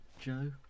Joe